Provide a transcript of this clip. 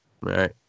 right